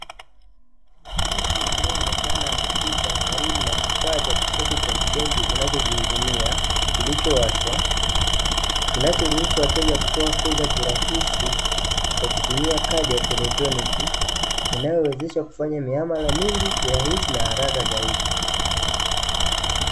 Mtu anayeonekana akipita karibu na kifaa cha kisasa cha kibenki kinachojihudumia, kilichowashwa, kinachoruhusu wateja kutoa fedha kirahisi kwa kutumia kadi ya kielektroniki inayowawezesha kufanya mialama mingi, kirahisi na haraka zaidi.